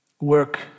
work